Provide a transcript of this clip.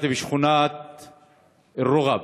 ביקרתי בשכונת רוע'ב,